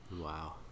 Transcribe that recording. wow